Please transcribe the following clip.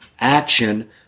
action